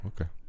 okay